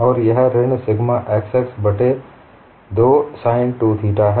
और यह ऋण सिग्मा xx बट्टे 2 sin 2 थीटा है